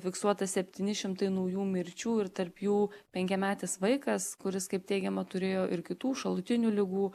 fiksuota septyni šimtai naujų mirčių ir tarp jų penkiametis vaikas kuris kaip teigiama turėjo ir kitų šalutinių ligų